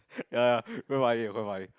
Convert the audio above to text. ya ya quite funny quite funny